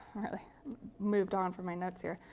i moved on from my notes here.